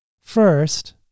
First